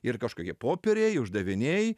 yra kažkokie popieriai uždaviniai